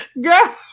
girl